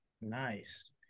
Nice